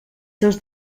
seus